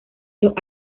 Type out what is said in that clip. los